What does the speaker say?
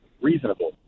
reasonable